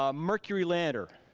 ah mercury lander,